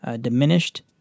diminished